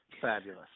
Fabulous